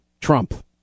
Trump